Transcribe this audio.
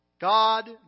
God